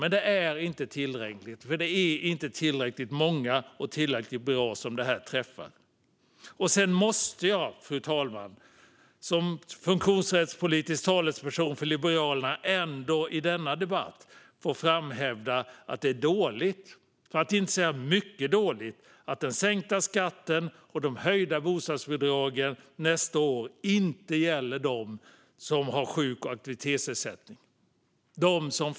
Det är dock inte tillräckligt, för det träffar inte tillräckligt många och inte tillräckligt bra. Sedan måste jag som funktionsrättspolitisk talesperson för Liberalerna ändå få framhålla i denna debatt att det är dåligt - för att inte säga mycket dåligt - att den sänkta skatten och de höjda bostadsbidragen nästa år inte gäller dem som har sjuk och aktivitetsersättning, fru talman.